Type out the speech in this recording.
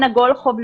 אנה וולקוב,